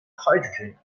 hydrogen